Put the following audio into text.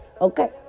Okay